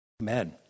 Amen